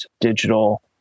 digital